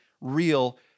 real